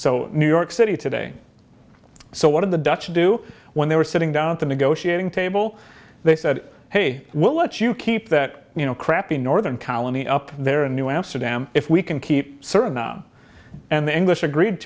so new york city today so one of the dutch do when they were sitting down at the negotiating table they said hey we'll let you keep that you know crappy northern colony up there in new amsterdam if we can keep certain numb and the english agreed